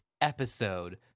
episode